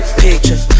picture